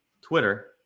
Twitter